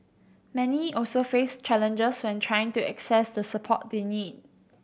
many also face challenges when trying to access the support they need